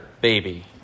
baby